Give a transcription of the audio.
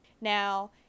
Now